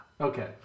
Okay